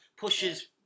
pushes